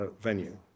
Venue